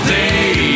day